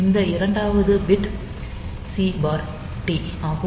இந்த இரண்டாவது bit C D ஆகும்